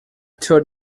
told